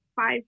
five